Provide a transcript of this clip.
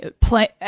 play